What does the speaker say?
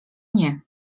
nie